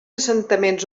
assentaments